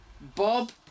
Bob